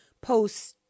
post